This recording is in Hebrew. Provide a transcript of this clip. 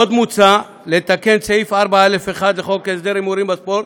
עוד מוצע לתקן סעיף 4(א1) לחוק הסדר הימורים בספורט,